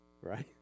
Right